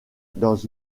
dans